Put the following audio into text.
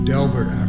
Delbert